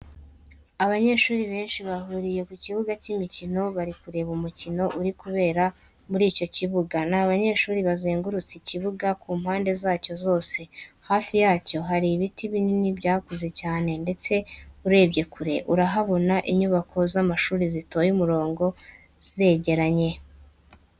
Abanyeshuri benshi bahuriye ku kibuga cy'imikino bari kureba umukino uri kubera muri icyo kibuga, ni benshi bazengurutse ikibuga ku mpande zacyo zose, hafi yacyo hari ibiti binini byakuze cyane ndetse urebye kure urahabona inyubako z'amashuri zitoye umurongo zegeranye.